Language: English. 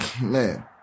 Man